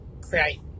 create